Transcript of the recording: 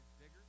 Bigger